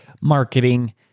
Marketing